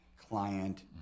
Client